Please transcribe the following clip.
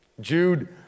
Jude